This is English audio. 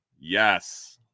Yes